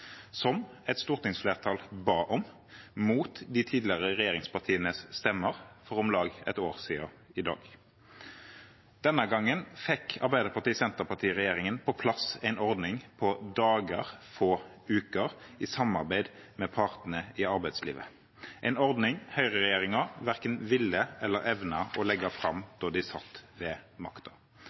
som et stortingsflertall ba om, mot de tidligere regjeringspartienes stemmer, for om lag ett år siden i dag. Denne gangen fikk Arbeiderparti–Senterparti-regjeringen på plass en ordning på dager, få uker, i samarbeid med partene i arbeidslivet, en ordning høyreregjeringen verken ville eller evnet å legge fram da de satt